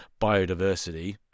biodiversity